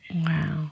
Wow